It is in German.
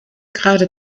gerade